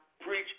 Preach